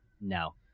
No